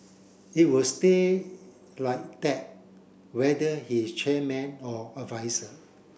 it will stay like that whether he is chairman or adviser